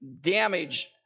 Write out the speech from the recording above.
Damage